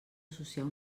associar